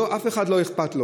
לאף אחד לא אכפת.